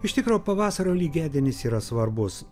iš tikro pavasario lygiadienis yra svarbus